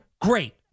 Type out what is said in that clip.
great